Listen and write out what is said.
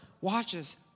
watches